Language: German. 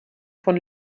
von